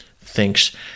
thinks